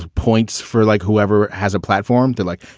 points for like whoever has a platform to like,